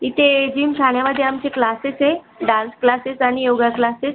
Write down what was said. इथे जिमखान्यामध्ये आमचे क्लासेस आहे डान्स क्लासेस आणि योगा क्लासेस